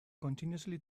continuously